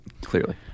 Clearly